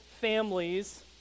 families